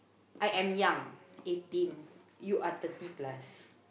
I am young eighteen you are thirty plus